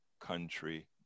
country